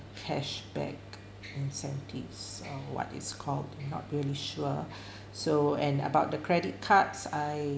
cashback incentives uh what is called I'm not really sure so and about the credit cards I